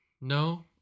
No